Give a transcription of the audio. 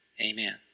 Amen